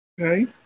Okay